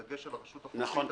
בדגש על הרשות החופית --- נכון,